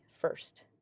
first